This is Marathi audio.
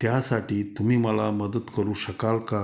त्यासाठी तुम्ही मला मदत करू शकाल का